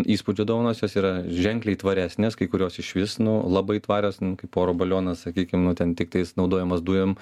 įspūdžių dovanos jos yra ženkliai tvaresnės kai kurios išvis nu labai tvarios kaip oro balionas sakykim nu ten tiktais naudojamas dujom